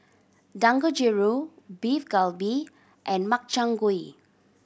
Dangojiru Beef Galbi and Makchang Gui